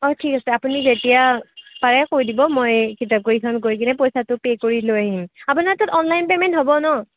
অঁ ঠিক আছে আপুনি যেতিয়া পাৰে কৈ দিব মই কিতাপকেইখন গৈকেনে পইচাটো পে' কৰি লৈ আহিম আপোনাৰ তাত অনলাইন পেমেণ্ট হ'ব ন